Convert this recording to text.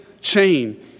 chain